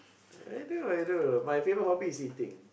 anything I do my favourite hobby is eating